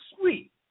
sweet